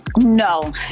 No